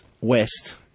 West